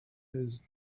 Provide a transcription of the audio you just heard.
his